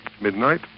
Midnight